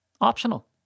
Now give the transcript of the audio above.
optional